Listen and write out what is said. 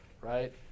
right